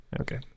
Okay